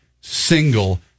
single